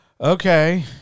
Okay